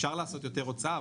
אפשר לעשות יותר הוצאה,